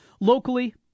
Locally